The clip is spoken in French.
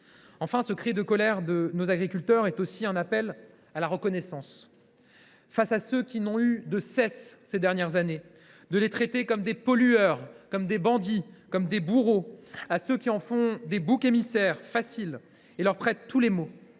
Enfin, ce cri de colère de nos agriculteurs est aussi un appel à la reconnaissance, face à ceux qui n’ont eu de cesse, ces dernières années, de les traiter comme des pollueurs, comme des bandits, comme des bourreaux, face à ceux qui en font des boucs émissaires faciles et leur prêtent tous les maux.